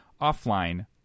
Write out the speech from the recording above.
offline